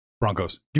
Broncos